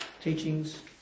teachings